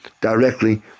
directly